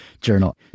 journal